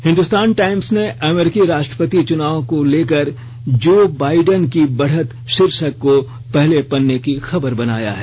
Hindustan Times ने अमेरिकी राष्टपति चुनाव को लेकर जो बाइडन की बढ़त शीर्षक को पहले पन्ने की खबर बनाया है